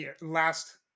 last